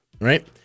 right